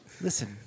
listen